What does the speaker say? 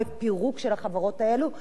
יש לזה השלכות אחרות,